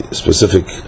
specific